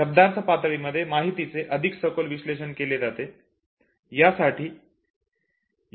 शब्दार्थ पातळी मध्ये माहितीचे अधिक सखोल विश्लेषण केले जाते